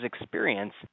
experience